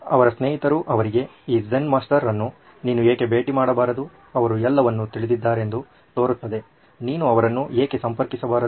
ಆದ್ದರಿಂದ ಅವರ ಸ್ನೇಹಿತರು ಅವರಿಗೆ ಈ ಝೆನ್ ಮಾಸ್ಟರ್ ಅನ್ನು ನೀನು ಯಾಕೆ ಭೇಟಿ ಮಾಡಬಾರದು ಅವರು ಎಲ್ಲವನ್ನೂ ತಿಳಿದಿದ್ದಾರೆಂದು ತೋರುತ್ತದೆ ನೀನು ಅವರನ್ನು ಏಕೆ ಸಂಪರ್ಕಿಸಬಾರದು